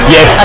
Yes